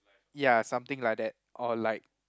ya something like that or like